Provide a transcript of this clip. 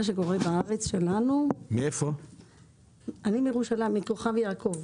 אני מכוכב יעקב,